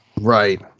Right